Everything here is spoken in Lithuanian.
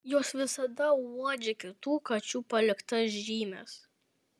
jos visada uodžia kitų kačių paliktas žymes